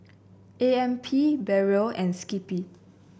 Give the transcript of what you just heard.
A M P Barrel and Skippy